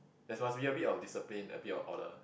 there's must be a bit of discipline a bit of order